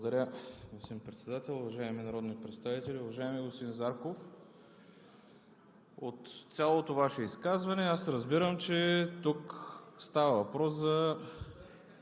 Благодаря, господин Председател. Уважаеми народни представители! Уважаеми господин Зарков, от цялото Ваше изказване разбирам, че тук става въпрос за